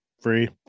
free